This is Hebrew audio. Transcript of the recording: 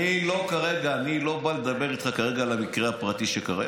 אני לא בא לדבר איתך כרגע על המקרה הפרטי שקרה.